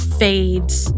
fades